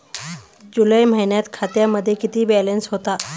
जुलै महिन्यात खात्यामध्ये किती बॅलन्स होता?